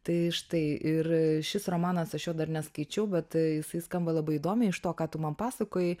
tai štai ir šis romanas aš jo dar neskaičiau bet jisai skamba labai įdomiai iš to ką tu man pasakojai